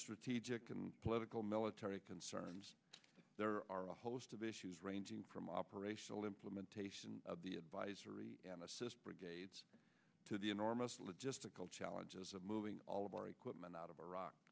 strategic and political military concerns there are a host of issues ranging from operational implementation of the advisory and assist brigades to the enormous logistical challenges of moving all of our equipment out of iraq